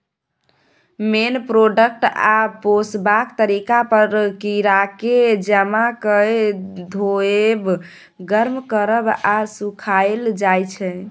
मेन product आ पोसबाक तरीका पर कीराकेँ जमा कए धोएब, गर्म करब आ सुखाएल जाइ छै